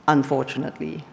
Unfortunately